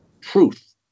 truth